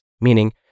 meaning